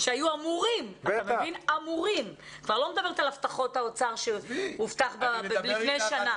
אני כבר לא מדברת על הבטחות האוצר שהובטח לפני שנה.